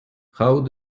how